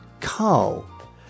carl